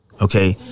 Okay